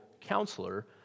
counselor